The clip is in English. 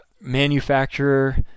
manufacturer